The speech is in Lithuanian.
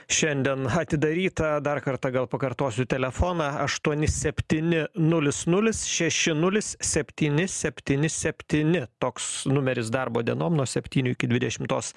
šiandien atidaryta dar kartą gal pakartosiu telefoną aštuoni septyni nulis nulis šeši nulis septyni septyni septyni toks numeris darbo dienom nuo septynių iki dvidešimtos